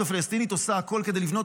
הרשות הפלסטינית עושה הכול כדי לבנות